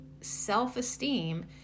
self-esteem